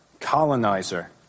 colonizer